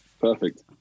Perfect